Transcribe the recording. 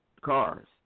cars